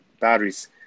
batteries